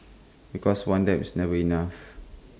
because one dab is never enough